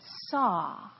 saw